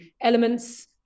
elements